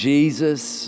Jesus